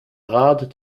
rade